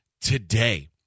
today